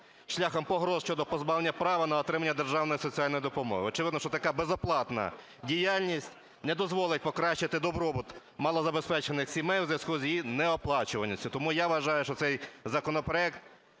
шляхом погроз щодо позбавлення права на отримання державної соціальної допомоги. Очевидно, що така безоплатна діяльність не дозволить покращити добробут малозабезпечених сімей у зв'язку з її неоплачуваністю. Тому я вважаю, що цей законопроект,